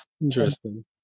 interesting